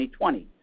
2020